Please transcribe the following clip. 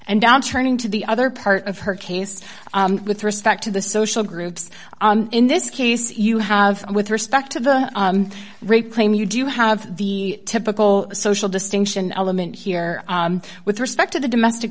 and down turning to the other part of her case with respect to the social groups in this case you have with respect to the rape claim you do have the typical social distinction element here with respect to the domestic